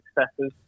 successes